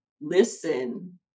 listen